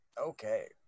Okay